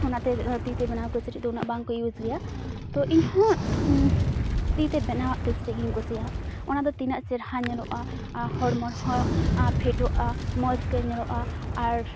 ᱚᱱᱟᱛᱮ ᱛᱤᱛᱮ ᱵᱮᱱᱟᱣ ᱠᱤᱪᱨᱤᱡᱫᱚ ᱩᱱᱟᱹᱜ ᱵᱟᱝᱠᱚ ᱤᱭᱩᱡᱽ ᱜᱮᱭᱟ ᱛᱚ ᱤᱧᱦᱚᱸ ᱛᱤᱛᱮ ᱵᱮᱱᱟᱣᱟᱜ ᱠᱤᱪᱨᱤᱡᱽᱜᱤᱧ ᱠᱩᱥᱤᱭᱟᱜᱼᱟ ᱚᱱᱟᱫᱚ ᱛᱤᱱᱟᱹᱜ ᱪᱮᱨᱦᱟ ᱧᱮᱞᱚᱜᱼᱟ ᱦᱚᱲᱢᱚᱨᱮᱦᱚᱸ ᱯᱷᱤᱴᱚᱜᱼᱟ ᱢᱚᱡᱽᱜᱮ ᱧᱮᱞᱚᱜᱼᱟ ᱟᱨ